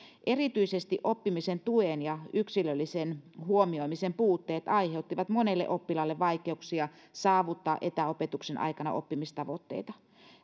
erityisesti oppimisen tuen ja yksilöllisen huomioimisen puutteet aiheuttivat monelle oppilaalle vaikeuksia saavuttaa etäopetuksen aikana oppimistavoitteita